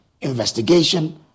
investigation